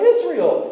Israel